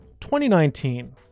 2019